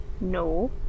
No